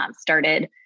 started